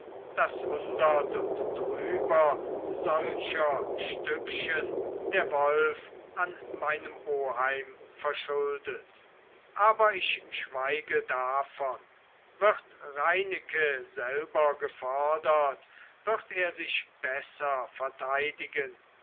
daß hundert und drüber solcher stückchen der wolf an meinem oheim verschuldet aber ich schweige davon wird reineke selber gefordert wird er sich besser verteidigen